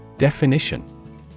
Definition